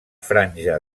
franja